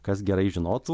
kas gerai žinotų